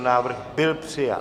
Návrh byl přijat.